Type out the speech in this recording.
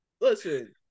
Listen